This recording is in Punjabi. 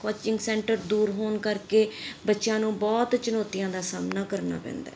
ਕੋਚਿੰਗ ਸੈਂਟਰ ਦੂਰ ਹੋਣ ਕਰਕੇ ਬੱਚਿਆਂ ਨੂੰ ਬਹੁਤ ਚੁਣੌਤੀਆਂ ਦਾ ਸਾਹਮਣਾ ਕਰਨਾ ਪੈਂਦਾ